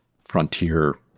frontier